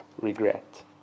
regret